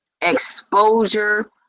exposure